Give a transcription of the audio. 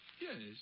Yes